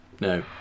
No